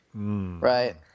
Right